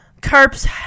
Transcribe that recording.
Carp's